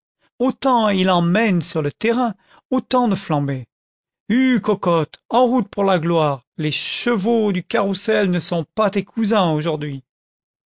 autant il en mène sur le terrain autant de flambés hue cocotte en route pour la gloire les chevaux du carrousel ne sont pas tes cousins aujourd'hui